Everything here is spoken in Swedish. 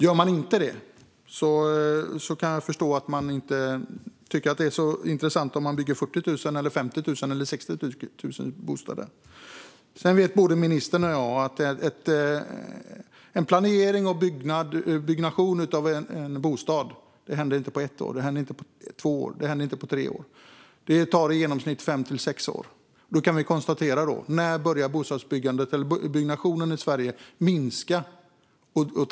Gör man inte det kan jag förstå att man inte tycker att det så intressant om det byggs 40 000, 50 000 eller 60 000 bostäder. Både ministern och jag vet att planering och byggnation av bostäder inte tar ett, två eller tre år. Det tar i genomsnitt fem sex år. Så när började bostadsbyggandet i Sverige minska?